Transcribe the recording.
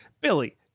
Billy